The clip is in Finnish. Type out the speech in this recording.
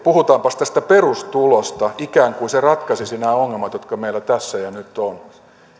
puhutaanpas tästä perustulosta ikään kuin se ratkaisisi nämä ongelmat jotka meillä tässä ja nyt ovat